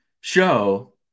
show